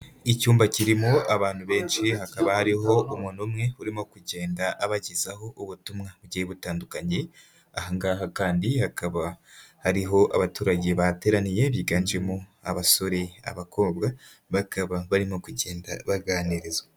Icyumba kirimo abantu benshi, hakaba hariho umuntu umwe urimo kugenda abagezaho ubutumwa bugiye butandukanye, aha ngaha kandi hakaba hariho abaturage bahateraniye biganjemo abasore, abakobwa bakaba barimo kugenda baganirizwa.